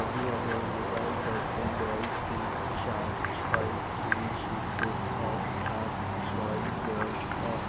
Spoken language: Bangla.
আমি আমার মোবাইল নম্বর নয় তিন চার ছয় দুই শূন্য এক আট ছয় নয় এক